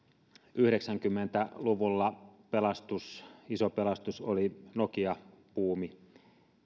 yhdeksänkymmentä luvulla pelastus iso pelastus oli nokia buumi